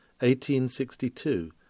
1862